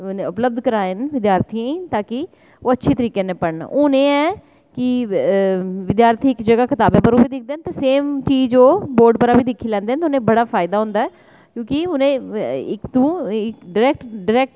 उपलब्ध कराए न विद्यार्थियें गी तां कि ओह् अच्छे तरीके कन्नै पढ़न हून एह् ऐ कि विद्यार्थी इक्क जगह ओह् हून कताबें च बी दिक्खदे न ते सेम चीज़ ओह् बोर्ड परा बी दिक्खी लैंदे न उ'नेंगी बड़ा फायदा होंदा ऐ क्योंकि उ'नें इक्क तू डरैक्ट डरैक्ट